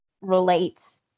Relate